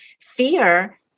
Fear